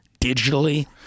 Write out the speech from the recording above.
digitally